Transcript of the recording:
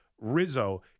Rizzo